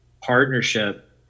partnership